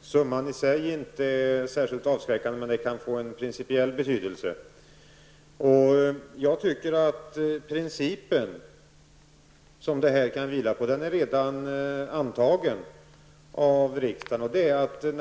summan inte i sig är särskilt avskräckande men att den kan få en principiell betydelse. Jag menar att den princip som denna bidragsökning kan bygga på redan är antagen av riksdagen.